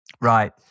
Right